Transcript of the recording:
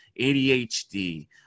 ADHD